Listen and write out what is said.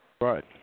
Right